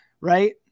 right